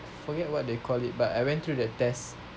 forget what they call it but I went through the test